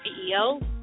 CEO